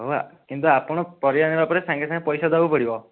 ହେଉ ଆ କିନ୍ତୁ ଆପଣ ପରିବା ନେବା ପରେ ସାଙ୍ଗେ ସାଙ୍ଗେ ପଇସା ଦେବାକୁ ପଡ଼ିବ